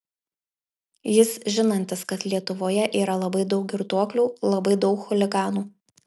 jis žinantis kad lietuvoje yra labai daug girtuoklių labai daug chuliganų